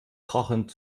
krachend